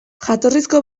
jatorrizko